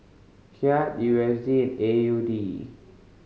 Kyat U S D A U D